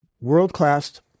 world-class